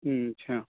اچھا